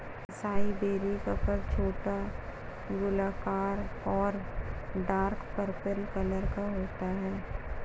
acai berry का फल छोटा, गोलाकार और डार्क पर्पल कलर का होता है